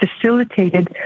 facilitated